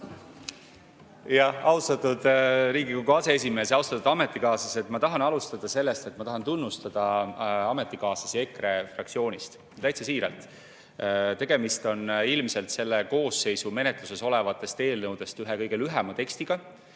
Austatud Riigikogu aseesimees! Austatud ametikaaslased! Ma tahan alustada sellest, et ma tahan tunnustada ametikaaslasi EKRE fraktsioonist. Täitsa siiralt. Tegemist on ilmselt selle koosseisu menetluses olevatest eelnõudest ühe kõige lühema tekstiga,